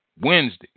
Wednesday